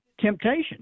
temptation